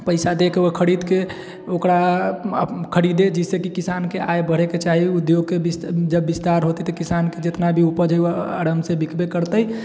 पैसा दैके खरीदके ओकरा खरीदे जिससे किसानके आय बढ़ैके चाही आओर उद्योगके जब विस्तार होइते तऽ किसानके जितना भी उपज है आरामसँ बिकबै करते